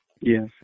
Yes